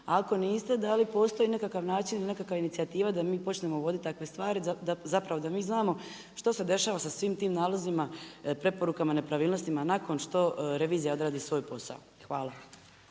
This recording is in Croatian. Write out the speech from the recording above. ako niste da li postoji nekakav način ili inicijativa da mi počnemo voditi takve stvari, zapravo da mi znamo što se dešava sa svim tim nalozima preporuka i nepravilnostima nakon što revizija odradi svoj posao. Hvala.